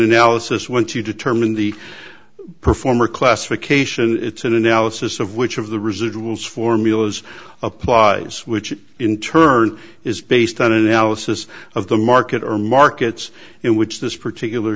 analysis once you determine the performer classification it's an analysis of which of the residuals formulas applies which in turn is based on analysis of the market or markets it which this particular